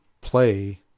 play